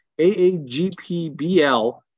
AAGPBL